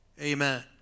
Amen